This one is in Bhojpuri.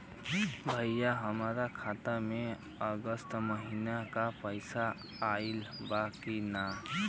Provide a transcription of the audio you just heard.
भईया हमरे खाता में अगस्त महीना क पैसा आईल बा की ना?